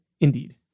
Indeed